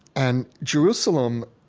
and jerusalem,